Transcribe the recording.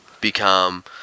become